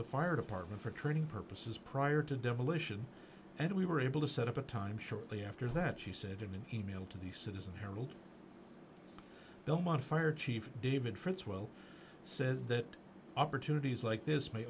the fire department for training purposes prior to demolition and we were able to set up a time shortly after that she said in an e mail to the citizen harold hill modifier chief david fritz well said that opportunities like this may